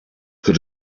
could